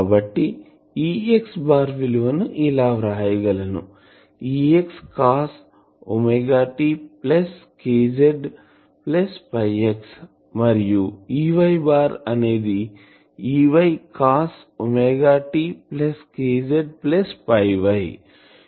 కాబట్టి Ex విలువ ని ఇలా వ్రాయగలను Ex cos t k z x మరియుEy అనేది Ey cos t k z y